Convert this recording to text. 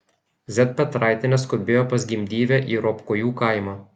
z petraitienė skubėjo pas gimdyvę į ropkojų kaimą